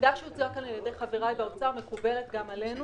העמדה שהוצגה כאן על-ידי חברי באוצר מקובלת גם עלינו